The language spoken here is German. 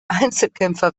einzelkämpfer